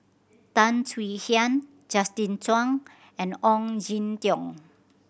Tan Swie Hian Justin Zhuang and Ong Jin Teong